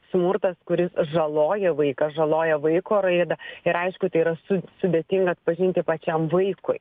smurtas kuris žaloja vaiką žaloja vaiko raidą ir aišku tai yra su sudėtinga atpažinti pačiam vaikui